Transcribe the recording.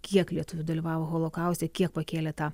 kiek lietuvių dalyvavo holokauste kiek pakėlė tą